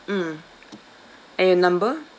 mm and your number